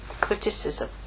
criticism